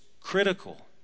critical